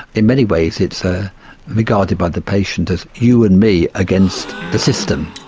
in many ways it's ah regarded by the patient as you and me against the system,